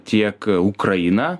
tiek ukraina